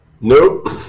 Nope